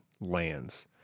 lands